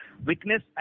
weakness